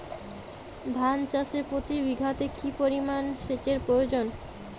ধান চাষে প্রতি বিঘাতে কি পরিমান সেচের প্রয়োজন?